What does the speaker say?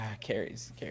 Carrie's